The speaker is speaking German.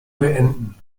beenden